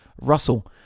Russell